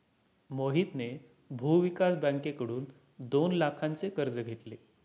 मोहितने भूविकास बँकेकडून दोन लाखांचे कर्ज घेतले